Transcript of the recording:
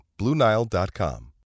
BlueNile.com